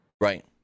right